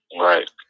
right